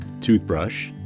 toothbrush